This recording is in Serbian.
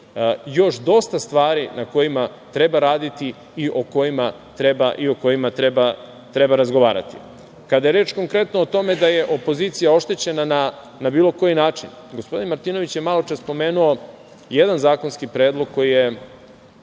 još dosta stvari na kojima treba raditi i o kojima treba razgovarati. Kada je reč konkretno o tome da je opozicija oštećena na bilo koji način, gospodin Martinović je maločas pomenuo jedan zakonski predlog koji je,